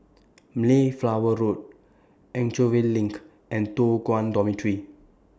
Mayflower Road Anchorvale LINK and Toh Guan Dormitory